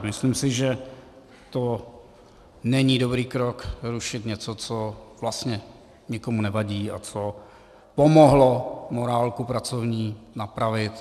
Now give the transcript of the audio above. Myslím si, že to není dobrý krok rušit něco, co vlastně nikomu nevadí a co pomohlo pracovní morálku napravit.